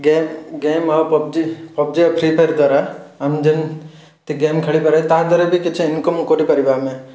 game game ଆଉ PUBG PUBG ଆଉ free fire ଦ୍ୱାରା ଆମେ ଯେମ ତି ଗେମ୍ ଖେଳିପାରେ ତା'ଦ୍ୱାରା ବି କିଛି ଇନକମ୍ କରିପାରିବା ଆମେ